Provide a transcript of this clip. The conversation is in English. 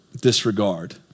disregard